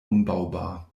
umbaubar